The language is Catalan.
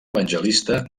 evangelista